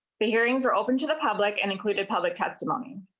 the hearings are open to the public and including public testimony.